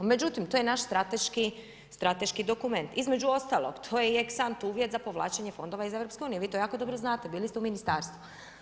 Međutim, to je naš strateški dokument, između ostalog to je i ex sant uvjet za povlačenje fondova iz EU, vi to jako dobro znate, bili ste u ministarstvu.